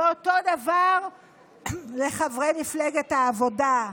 ואותו דבר לחברי מפלגת העבודה.